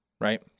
right